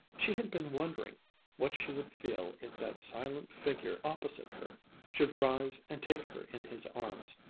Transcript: she had been wondering what she would feel if that silent figure opposite her should rise and take her in his arms.